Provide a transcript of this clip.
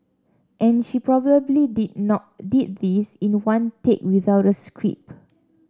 and she probably did not did this in one take without a script